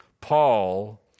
Paul